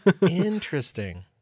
Interesting